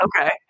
Okay